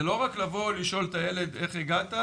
זה לא רק לבוא לשאול את הילד: איך הגעת,